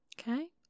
Okay